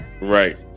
Right